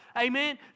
Amen